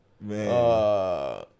Man